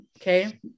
okay